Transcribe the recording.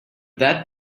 that